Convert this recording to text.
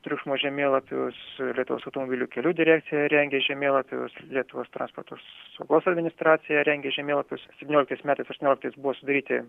triukšmo žemėlapius lietuvos automobilių kelių direkcija rengia žemėlapius lietuvos transporto saugos administracija rengia žemėlapius septynioliktais metais aštuonioliktais buvo sudaryti